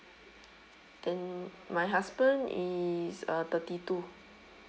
then my husband is uh thirty two